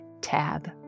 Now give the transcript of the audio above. tab